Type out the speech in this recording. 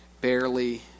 barely